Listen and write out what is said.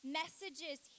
messages